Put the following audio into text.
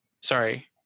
Sorry